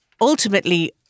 ultimately